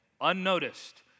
Unnoticed